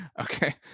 Okay